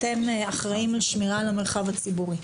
אתם אחראים על השמירה על המרחב הציבורי,